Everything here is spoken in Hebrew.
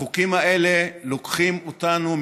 החוקים האלה לוקחים אותנו,